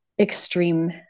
extreme